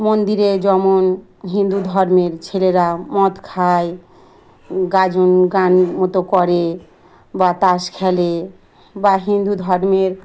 মন্দিরে যেমন হিন্দু ধর্মের ছেলেরা মদ খায় গাজন গান মতো করে বা তাস খেলে বা হিন্দু ধর্মের